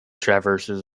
traverses